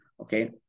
okay